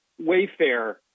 Wayfair